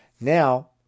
Now